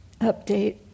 Update